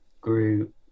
grew